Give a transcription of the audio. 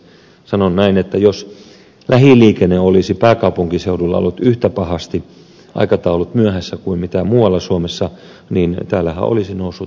sanon näin että jos lähiliikenteessä olisi pääkaupunkiseudulla ollut yhtä pahasti aikataulut myöhässä kuin muualla suomessa niin täällähän olisi noussut täysi kapina